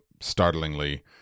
startlingly